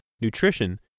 nutrition